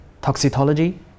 toxicology